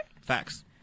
Facts